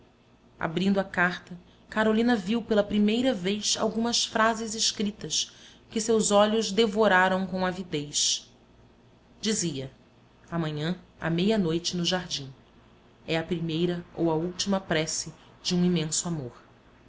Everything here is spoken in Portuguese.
abrindo a carta carolina viu pela primeira vez algumas frases escritas que seus olhos devoraram com avidez dizia amanhã à meia-noite no jardim é a primeira ou a última prece de um imenso amor